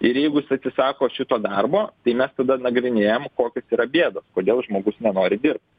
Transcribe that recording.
ir jeigu jis atsisako šito darbo tai mes tada nagrinėjam kokios yra bėdos kodėl žmogus nenori dirbt